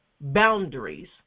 boundaries